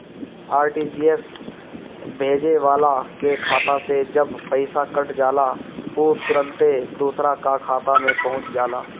RTGS भेजे वाला के खाता से जबे पईसा कट जाला उ तुरंते दुसरा का खाता में पहुंच जाला